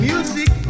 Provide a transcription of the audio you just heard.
Music